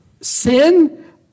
sin